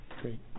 Great